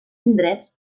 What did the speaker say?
indrets